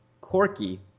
Corky